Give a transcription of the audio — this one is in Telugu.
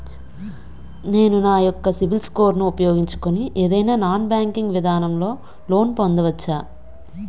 నేను నా యెక్క సిబిల్ స్కోర్ ను ఉపయోగించుకుని ఏదైనా నాన్ బ్యాంకింగ్ విధానం లొ లోన్ పొందవచ్చా?